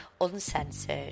Uncensored